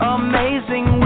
amazing